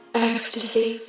Ecstasy